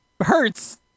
hurts